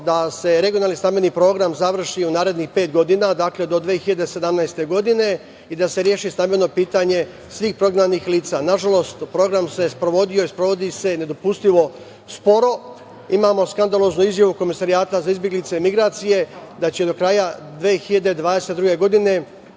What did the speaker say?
da se regionalni stambeni program završi u narednih pet godina, dakle do 2017. godine i da se reši stambeno pitanje svih prognanih lica. Nažalost program se sprovodio i sprovodio se nedopustivo sporo. Imamo skandaloznu izjavu Komesarijata za izbeglice i migracije, da će do 2022. godine